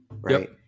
Right